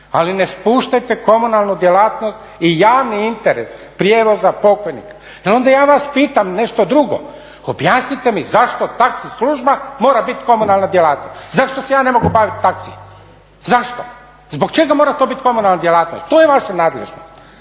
ali ne spuštajte komunalnu djelatnost i javni interes prijevoza pokojnika. Jer onda ja vas pitam nešto drugo, objasnite mi zašto taxi služba mora biti komunalna djelatnost? Zašto se ja ne mogu baviti taksijem? Zašto? Zbog čega mora to biti komunalna djelatnost? To je vaša nadležnost.